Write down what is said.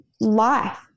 life